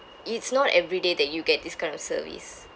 it's not every day that you get this kind of service